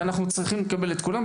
ואנחנו צריכים לקבל את כולם.